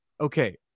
okay